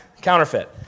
Counterfeit